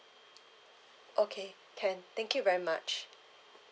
okay can thank you very much